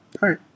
right